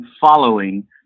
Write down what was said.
following